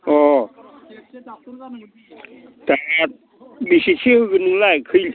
अह दा बेसेसो होगोन नोंलाय खै